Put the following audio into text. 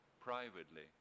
privately